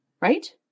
Right